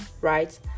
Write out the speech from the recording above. right